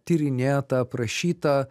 tyrinėta aprašyta